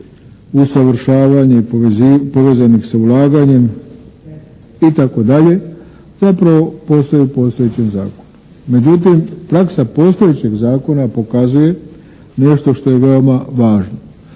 usavršavanje i povezanih sa ulaganjem, itd. zapravo postoje u postojećem zakonu. Međutim praksa postojećeg zakona pokazuje nešto što je veoma važno.